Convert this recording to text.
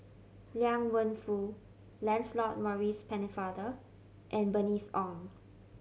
Liang Wenfu Lancelot Maurice Pennefather and Bernice Ong